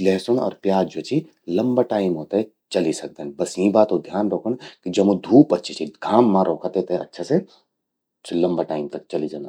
लहसुन अर प्याज ज्वो चि लंबा टाइम चलि सकदन। बस यीं बातो ध्यान रौखण। जमु धूप अच्छि चि, घाम मां रौखा तेते अच्छा से, सी लंबा टाइम तक चलि जंदन।